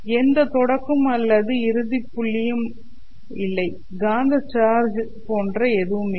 எந்த தொடக்கமும் அல்லது இறுதி புள்ளியும் இல்லை காந்த சார்ஜ் போன்ற எதுவும் இல்லை